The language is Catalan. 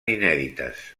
inèdites